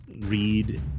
read